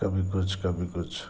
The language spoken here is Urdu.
کبھی کچھ کبھی کچھ